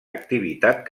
activitat